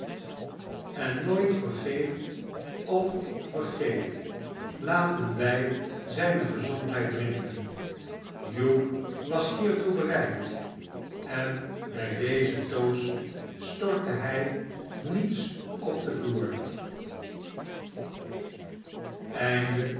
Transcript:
en nooit vergeeft of vergeet laten wij zijne gezondheid drinken hugh was hiertoe bereid en bij dezen toast stortte hij niets op dea vloer